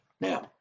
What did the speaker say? Now